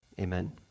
amen